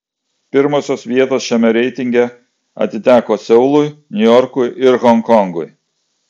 pirmosios vietos šiame reitinge atiteko seului niujorkui ir honkongui